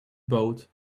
boat